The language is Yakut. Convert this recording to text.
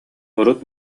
урут